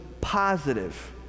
positive